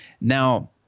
now